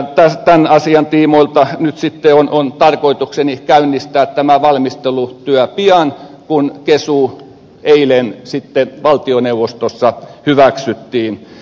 tämän asian tiimoilta nyt sitten on tarkoitukseni käynnistää tämä valmistelutyö pian kun kesu eilen valtioneuvostossa hyväksyttiin